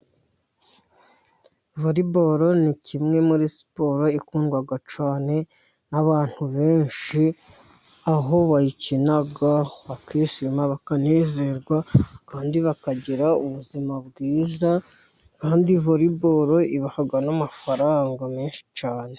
Volebolo ni kimwe muri siporo ikundwa cyane n' abantu benshi, aho bayikina bakishima, bakanezerwa abandi bakagira ubuzima bwiza, kandi volebolo ibaha n' amafaranga menshi cyane.